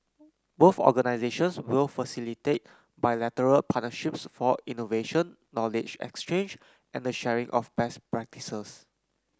both organisations will facilitate bilateral partnerships for innovation knowledge exchange and the sharing of best practices